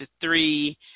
three